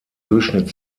durchschnitt